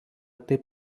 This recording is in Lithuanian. taip